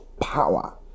power